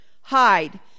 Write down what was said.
hide